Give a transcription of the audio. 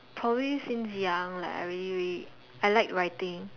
probably since young like I really really I like writing